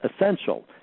essential